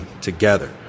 together